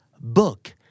Book